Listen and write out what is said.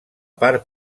part